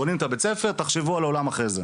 בונים את הבית ספר, תחשבו על אולם אחרי זה.